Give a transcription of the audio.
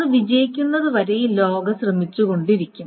അത് വിജയിക്കുന്നതുവരെ ഈ ലോഗ് ശ്രമിച്ചുകൊണ്ടിരിക്കും